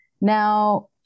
Now